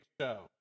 show